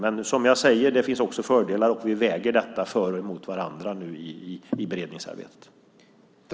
Men, som jag säger, det finns också fördelar, och vi väger nu för och emot i beredningsarbetet.